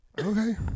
Okay